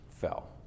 fell